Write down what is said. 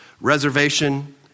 reservation